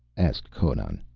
asked conan.